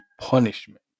punishment